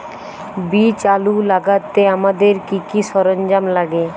বীজ আলু লাগাতে আমাদের কি কি সরঞ্জাম লাগে?